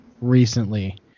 recently